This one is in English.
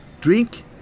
Drink